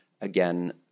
again